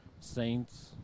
saints